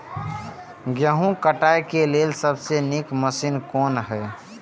गेहूँ काटय के लेल सबसे नीक मशीन कोन हय?